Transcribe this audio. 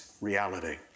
reality